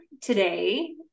today